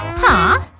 huh?